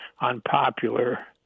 unpopular